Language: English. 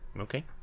Okay